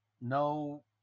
no